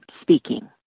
speaking